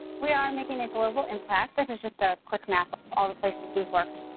we are making a global impact this is just a quick map of all the places we've worked.